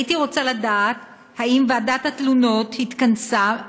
הייתי רוצה לדעת אם ועדת התלונות התכנסה,